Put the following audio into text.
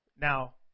Now